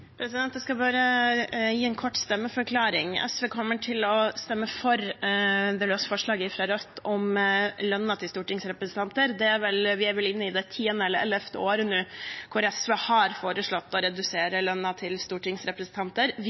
Jeg skal bare gi en kort stemmeforklaring. SV kommer til å stemme for det løse forslaget fra Rødt om lønnen til stortingsrepresentanter. Vi er vel inne i det tiende eller ellevte året nå der SV har foreslått å redusere lønnen til stortingsrepresentanter.